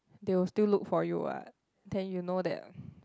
they will still look for you what then you know that